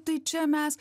tai čia mes